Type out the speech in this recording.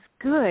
good